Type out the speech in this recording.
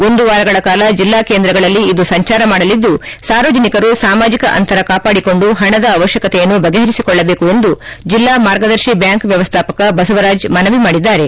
ಒಂದು ವಾರಗಳ ಕಾಲ ಜಿಲ್ಲಾ ಕೇಂದ್ರಗಳಲ್ಲಿ ಇದು ಸಂಚಾರ ಮಾಡಲಿದ್ದು ಸಾರ್ವಜನಿಕರು ಸಾಮಾಜಿಕ ಅಂತರ ಕಾಪಾಡಿಕೊಂಡು ಪಣದ ಅವಶ್ಯಕತೆಯನ್ನು ಬಗೆಪರಿಸಿಕೊಳ್ಳಬೇಕು ಎಂದು ಜಿಲ್ಲಾ ಮಾರ್ಗದರ್ಶಿ ಬ್ಕಾಂಕ್ ವ್ಯವಸ್ಥಾಪಕ ಬಸವರಾಜ್ ಮನವಿ ಮಾಡಿದ್ದಾರೆ